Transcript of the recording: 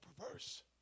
perverse